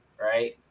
right